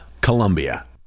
Colombia